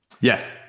Yes